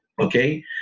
okay